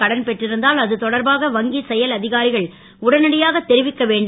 கடன் பெற்றிருந்தால் அது தொடர்பாக வங்கிச் செயல் அ காரிகள் உடனடியாக தெரிவிக்க வேண்டும்